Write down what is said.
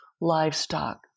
livestock